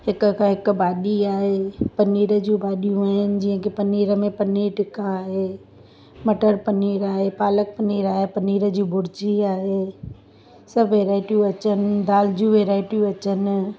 हिक खां हिकु भाॼी आहे पनीर जूं भाॼियूं आहिनि जीअं की पनीर में पनीर टिक्का आहे मटर पनीर आहे पालक पनीर आहे पनीर जी भुर्जी आहे सभु वैराइटियूं अचनि दाल जूं वैराइटियूं अचनि